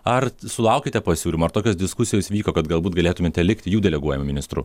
ar sulaukiate pasiūlymų ar tokios diskusijos vyko kad galbūt galėtumėte likti jų deleguojamų ministrų